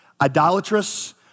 Idolatrous